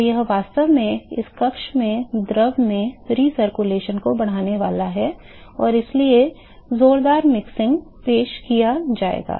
तो यह वास्तव में इस कक्ष में द्रव में पुनरावर्तन को बढ़ाने वाला है और इसलिए जोरदार मिक्सिंग पेश किया जाएगा